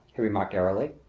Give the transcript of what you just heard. he remarked airily.